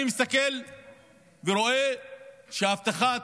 אני מסתכל ורואה שהבטחת